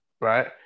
right